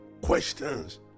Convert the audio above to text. questions